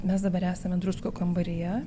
mes dabar esame druskų kambaryje